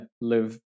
live